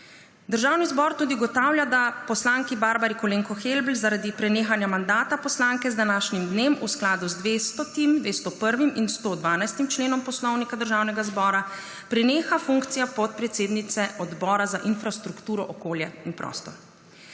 Državni zbor tudi ugotavlja, da poslanki Barbari Kolenko Helbl zaradi prenehanja mandata poslanke z današnjim dnem v skladu z 200., 201. in 112. členom Poslovnika Državnega zbora preneha funkcija podpredsednice Odbora za infrastrukturo, okolje in prostor.